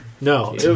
No